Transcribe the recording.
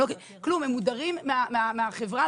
הם מודרים מהחברה,